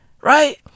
Right